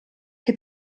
che